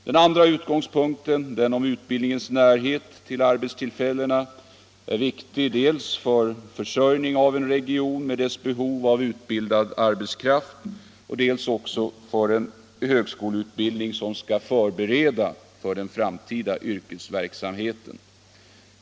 Den andra utgångspunkten — den om utbildningens närhet till arbetstillfällena — är viktig dels för försörjning av en region med dess behov av utbildad arbetskraft, dels för en högskoleutbildning som skall förbereda för den framtida yrkesverksamheten.